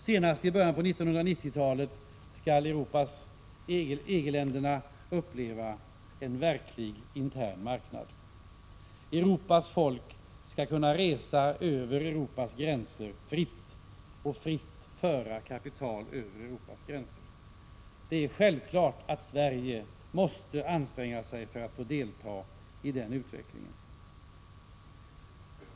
Senast i början av 1990-talet skall EG-länderna uppleva en verklig intern marknad. Europas folk skall kunna fritt resa över Europas gränser och fritt föra kapital över Europas gränser. Det är självklart att Sverige måste anstränga sig för att få delta i den utvecklingen.